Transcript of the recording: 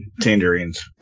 tangerines